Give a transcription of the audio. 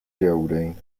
geraldine